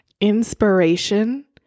inspiration